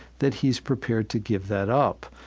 that he's prepared to give that up.